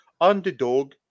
Underdog